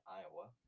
Iowa